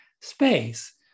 space